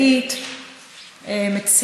ארבעה בעד, אין מתנגדים, אין נמנעים.